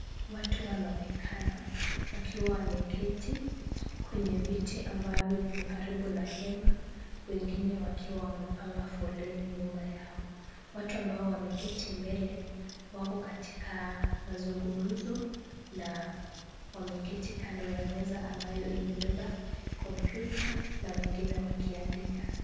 Watu wanaonekana wakiwa wameketi kwenye viti ambavyo viko karibu na hema, wengine wakiwa wamepanga foleni nyuma yao. Watu ambao wameketi mbele wako katika mazungumzo na wameketi kando ya meza ambayo imebeba kompyuta na wengine wakiandika.